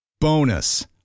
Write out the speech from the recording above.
Bonus